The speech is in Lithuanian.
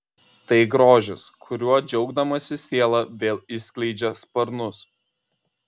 tai grožis kuriuo džiaugdamasi siela vėl išskleidžia sparnus